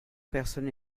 personnes